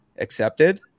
accepted